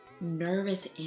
nervous